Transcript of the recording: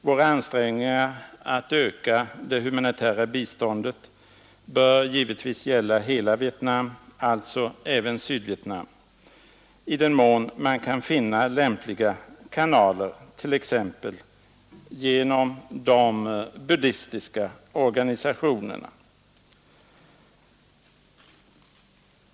Våra ansträngningar att öka det humanitära biståndet bör givetvis gälla hela Vietnam, alltså även Sydvietnam, i den mån man kan finna lämpliga kanaler — t.ex. de buddistiska organisationerna.